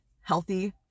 healthy